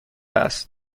است